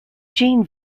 gene